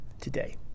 today